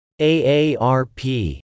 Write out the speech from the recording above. AARP